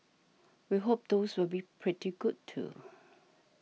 we hope those will be pretty good too